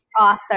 Author